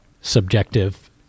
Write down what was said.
subjective